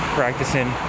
practicing